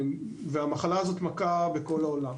המחלה הזאת מכה בכל העולם.